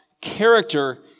character